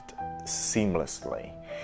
seamlessly